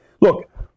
look